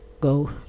Go